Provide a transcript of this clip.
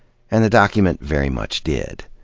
and the document very much did.